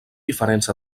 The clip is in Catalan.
diferents